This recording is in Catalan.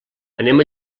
anem